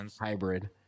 hybrid